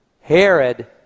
Herod